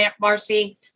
Marcy